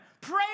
pray